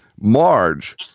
Marge